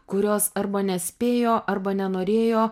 kurios arba nespėjo arba nenorėjo